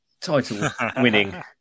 title-winning